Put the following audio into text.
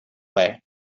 way